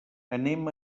anem